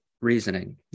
reasoning